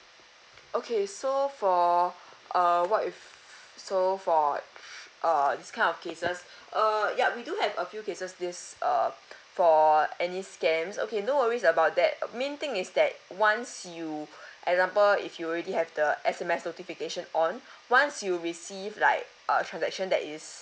okay so for uh what if so for f~ uh this kind of cases uh ya we do have a few cases this uh p~ for any scams okay no worries about that main thing is that once you example if you already have the S_M_S notification on once you receive like a transaction that is